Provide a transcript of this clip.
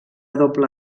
doble